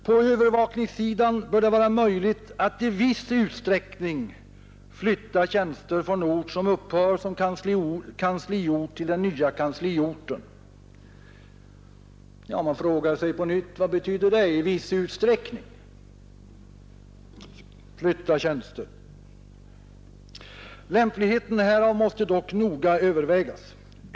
På övervakningssidan bör det vara möjligt att i viss utsträckning flytta tjänster från ort som upphör som kansliort till den nya kansliorten, står det. Ja, man frågar sig på nytt: Vad betyder det att ”i viss utsträckning” flytta tjänster? Lämpligheten härav måste dock noga övervägas.